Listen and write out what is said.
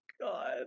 God